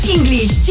English